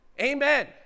amen